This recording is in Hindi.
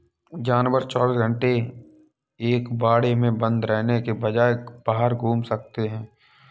जानवर चौबीस घंटे एक बाड़े में बंद रहने के बजाय बाहर घूम सकते है